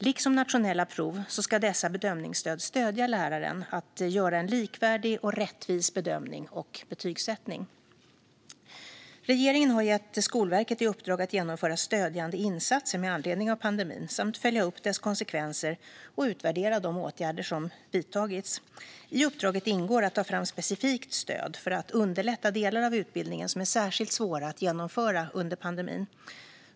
Liksom nationella prov ska dessa bedömningsstöd stödja läraren att göra en likvärdig och rättvis bedömning och betygsättning. Regeringen har gett Skolverket i uppdrag att genomföra stödjande insatser med anledning av pandemin samt följa upp dess konsekvenser och utvärdera de åtgärder som vidtagits. I uppdraget ingår att ta fram specifikt stöd för att underlätta delar av utbildningen som är särskilt svåra att genomföra under pandemin.